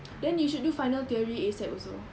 then you should do final theory ASAP also